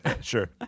Sure